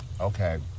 Okay